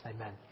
Amen